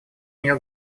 нее